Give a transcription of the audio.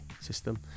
system